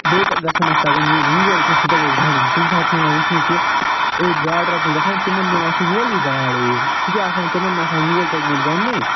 بیٚیہِ تہٕ گَژھن اَسہِ تَگُن یہِ وول چھُ سُہ تَگہِ اَسہِ گنٛڈُن کُنہِ ساتہٕ چھِ یِوان وُچھنہٕ کہِ أڑۍ گاڈٕ رٹنہِ گَژھان تِمن نِوان سُہ وولٕے گاڈ اوٗرۍ سُہ کیٛاہ آسان تِمن نہٕ آسان وول توٚگمُت گنٛڈنُے